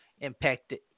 impacted